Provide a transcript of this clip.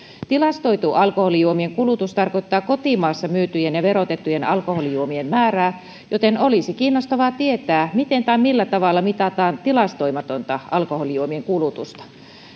tilastoitu alkoholijuomien kulutus tarkoittaa kotimaassa myytyjen ja verotettujen alkoholijuomien määrää joten olisi kiinnostavaa tietää miten tai millä tavalla mitataan tilastoimatonta alkoholijuomien kulutusta